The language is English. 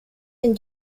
and